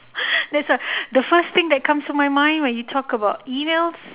yes ah the first thing that comes to my mind when you talk about emails